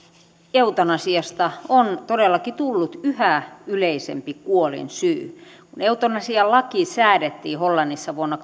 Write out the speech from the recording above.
eutanasiasta on todellakin tullut yhä yleisempi kuolinsyy kun eutanasialaki säädettiin hollannissa vuonna